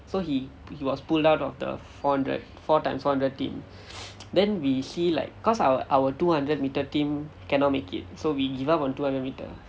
so he he was pulled out of the four hundred four times four hundred team then we see like cause our our two hundred meter team cannot make it so we give up on two hundred meter